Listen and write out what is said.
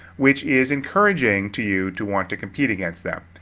which is encouraging to you to want to compete against them.